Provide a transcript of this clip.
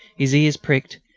his ears pricked,